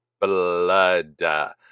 blood